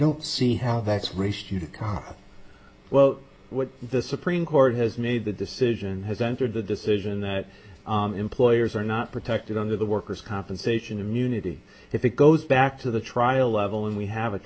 don't see how that's raced you well what the supreme court has made the decision has entered the decision that employers are not protected under the workers compensation immunity if it goes back to the trial level and we have a